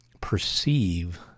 perceive